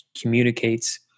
communicates